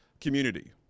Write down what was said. community